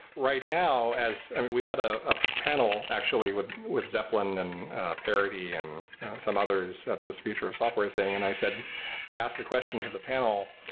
right now, we had a ah panel actually with with zeppelin and parity and some others at this future of software thing, and i said i asked the question to the panel,